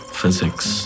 physics